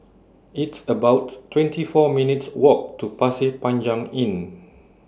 It's about twenty four minutes' Walk to Pasir Panjang Inn